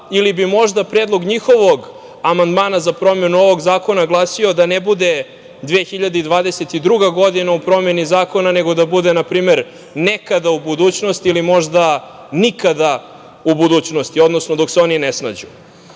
ili bi možda predlog njihovog amandmana za promenu ovog zakona glasio da ne bude 2022. godina u promeni zakona, nego da bude, na primer, nekada u budućnosti ili možda nikada u budućnosti, odnosno dok se oni ne